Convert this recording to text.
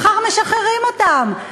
מחר משחררים אותם.